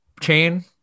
chain